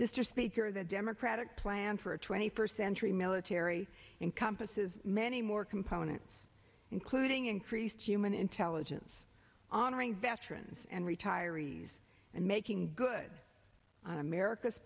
year speaker of the democratic plan for a twenty first century military encompasses many more components including increased human intelligence honoring veterans and retirees and making good on america's